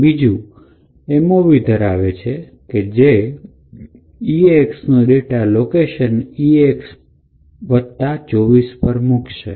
જ્યારે બીજું mov ધરાવે છે કે જે eax નો ડેટા લોકેશન edx૨૪ પર મૂકે